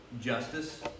justice